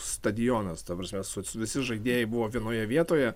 stadionas ta prasme su visi žaidėjai buvo vienoje vietoje